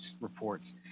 reports